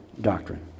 doctrine